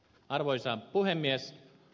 arvoisa puhemies